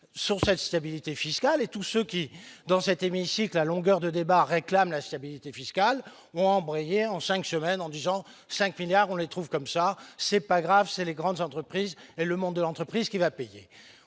sur cette stabilité fiscale et tout ce qui, dans cet hémicycle à longueur de débats réclame la stabilité fiscale embrayé en 5 semaines en disant 5 milliards, on les trouve comme ça, c'est pas grave c'est les grandes entreprises et le monde de l'entreprise qui va payer